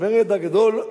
המרד הגדול,